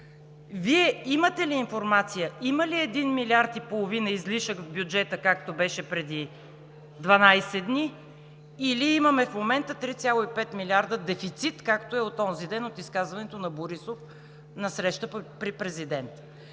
Вие имате ли информация има ли 1,5 милиарда излишък в бюджета, както беше преди 12 дни, или имаме в момента 3,5 милиарда дефицит, както е от онзи ден, от изказването на Борисов на среща при президента?